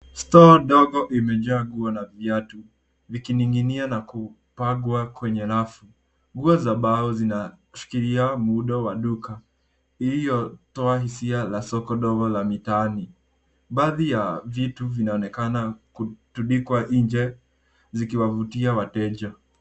Store ndogo imejaa nguo na viatu vikining'inia na kupangwa kwenye rafu. Nguo za mbao zinashikilia muundo wa duka iliyotoa hisia la soko ndogo la mitaani. Baadhi ya vitu vinaonekana kutundikwa nje zikiwavutia wateja.